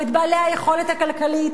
את בעלי היכולת הכלכלית,